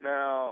Now